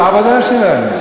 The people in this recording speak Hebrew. זו העבודה שלהם.